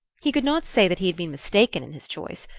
he could not say that he had been mistaken in his choice,